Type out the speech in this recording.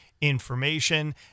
information